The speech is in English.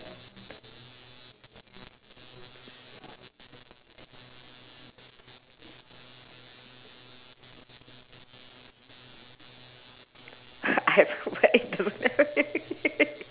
I have what I do